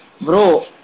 Bro